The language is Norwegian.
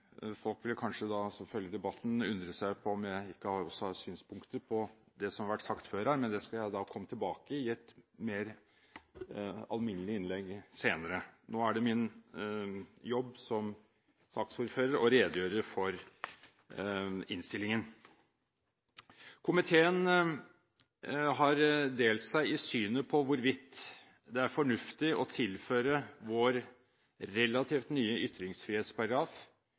folk som følger debatten, vil kanskje undre på om jeg ikke også har synspunkter på det som har vært sagt før, men det skal jeg komme tilbake til i et mer alminnelig innlegg senere. Nå er det min jobb som saksordfører å redegjøre for innstillingen. Komiteen har delt seg i synet på hvorvidt det er fornuftig å tilføre vår relativt nye ytringsfrihetsparagraf